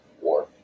War